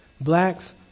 Blacks